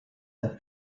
der